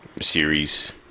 series